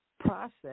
process